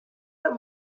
that